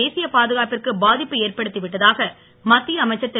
தேசிய பாதுகாப்பிற்கு பாதிப்பை ஏற்படுத்திவிட்டதாக மத்திய அமைச்சர் திரு